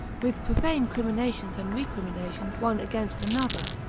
with profane criminations and recriminations one against another.